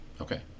Okay